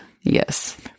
Yes